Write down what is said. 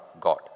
God